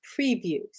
previews